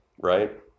right